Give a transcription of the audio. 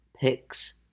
picks